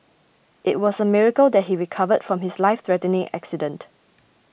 it was a miracle that he recovered from his lifethreatening accident